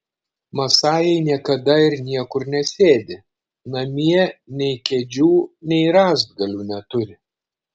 masajai niekada ir niekur nesėdi namie nei kėdžių nei rąstgalių neturi